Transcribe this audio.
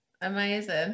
amazing